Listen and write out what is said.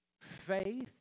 Faith